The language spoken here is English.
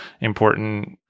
important